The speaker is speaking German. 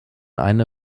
eine